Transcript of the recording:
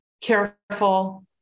careful